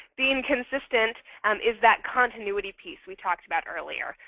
being consistent um is that continuity piece we talked about earlier.